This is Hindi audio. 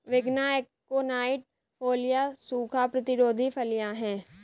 विग्ना एकोनाइट फोलिया सूखा प्रतिरोधी फलियां हैं